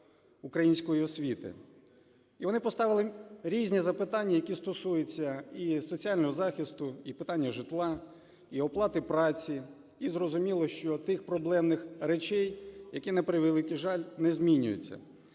української освіти. І вони поставили різні запитання, які стосуються і соціального захисту, і питання житла, і оплати праці, і зрозуміло, що тих проблемних речей, які, на превеликий жаль, не змінюються.